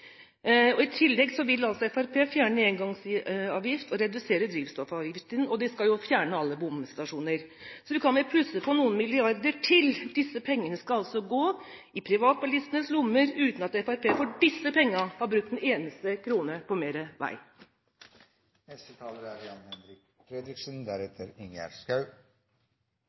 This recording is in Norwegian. I tillegg vil Fremskrittspartiet altså fjerne engangsavgift og redusere drivstoffavgiften, og de skal fjerne alle bomstasjoner. Så vi kan jo plusse på noen milliarder til. Disse pengene skal altså gå i privatbilistenes lommer, uten at Fremskrittspartiet for disse pengene har brukt en eneste krone på